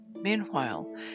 Meanwhile